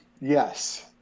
Yes